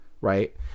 right